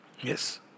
Yes